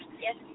Yes